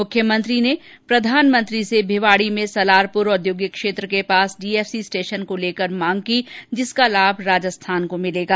मुख्यमंत्री ने प्रधानमंत्री से भिवाड़ी में सलारपुर औद्योगिक क्षेत्र के पास डीएफसी स्टेशन को लेकर मांग की जिसका लाभ राजस्थान को मिलेगा